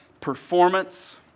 performance